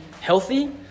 healthy